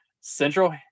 central